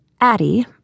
Addie